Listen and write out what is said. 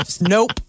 Nope